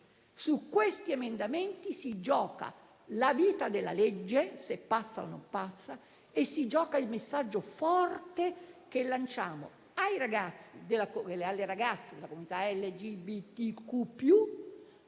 Su questi emendamenti si gioca la vita della legge, se passa o no, e il messaggio forte che lanciamo ai ragazzi e alle ragazze della comunità LGBTQ+,